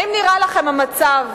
האם נראה לכם המצב,